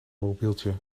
mobieltje